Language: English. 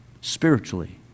spiritually